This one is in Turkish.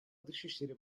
dışişleri